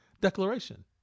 declaration